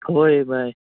ꯍꯣꯏ ꯚꯥꯏ